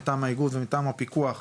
מטעם האיגוד ומטעם הפיקוח,